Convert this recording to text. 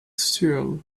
still